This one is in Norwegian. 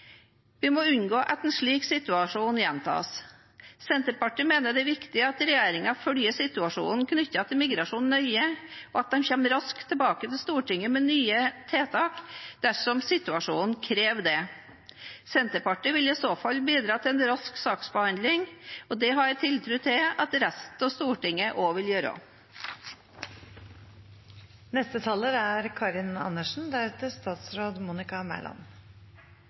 Vi må unngå at en slik situasjon gjentas. Senterpartiet mener det er viktig at regjeringen følger situasjonen knyttet til migrasjon nøye, og at den kommer raskt tilbake til Stortinget med nye tiltak dersom situasjonen krever det. Senterpartiet vil i så fall bidra til en rask saksbehandling, og det har jeg tiltro til at resten av Stortinget også vil gjøre. Det er